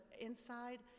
inside